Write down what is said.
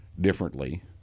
differently